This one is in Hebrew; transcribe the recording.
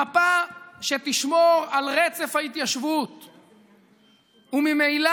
מפה שתשמור על רצף ההתיישבות וממילא,